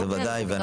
בוודאי.